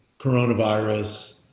coronavirus